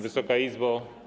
Wysoka Izbo!